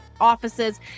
offices